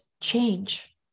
change